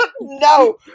No